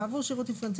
אני מפריד